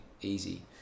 easy